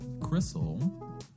Crystal